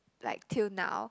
like till now